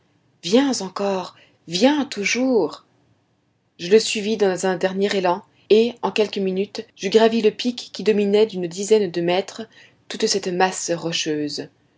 viens encore viens toujours je le suivis dans un dernier élan et en quelques minutes j'eus gravi le pic qui dominait d'une dizaine de mètres toute cette masse rocheuse